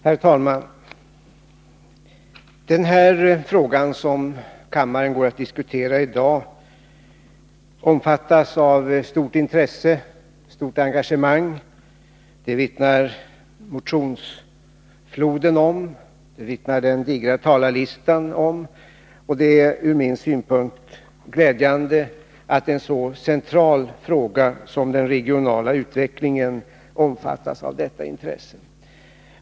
Herr talman! Den fråga kammaren går att diskutera i dag omfattas av stort intresse och stort engagemang. Det vittnar motionsfloden och den digra talarlistan om, och det är ur min synpunkt glädjande att en så central fråga som den regionala utvecklingen omfattas av detta intresse.